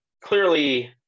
clearly